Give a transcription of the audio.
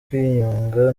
kwiyunga